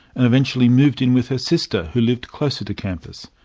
and eventually moved in with her sister, who lived closer to campus.